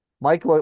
Mike